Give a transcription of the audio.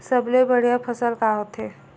सबले बढ़िया फसल का होथे?